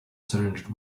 surrendered